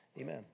Amen